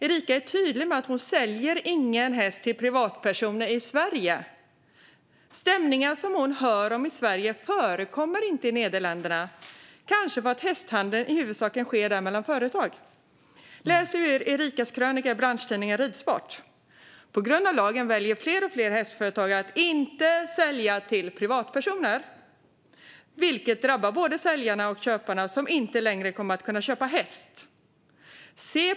Erika är tydlig med att hon inte säljer hästar till privatpersoner i Sverige. Stämningar som hon hör om i Sverige förekommer inte i Nederländerna, kanske för att hästhandel där i huvudsak sker mellan företag. Jag läser ur Erikas krönika i branschtidningen Ridsport: "På grund av lagen väljer fler och fler hästföretagare att inte sälja till privatpersoner, vilket drabbar både säljarna . och köparna som inte längre kommer att kunna köpa häst i Sverige.